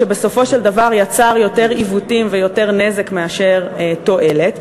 שבסופו של דבר יצר יותר עיוותים ויותר נזק מאשר תועלת.